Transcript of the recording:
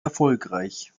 erfolgreich